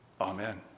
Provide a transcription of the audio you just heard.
Amen